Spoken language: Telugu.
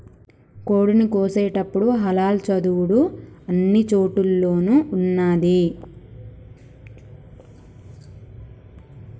కోడిని కోసేటపుడు హలాల్ చదువుడు అన్ని చోటుల్లోనూ ఉన్నాది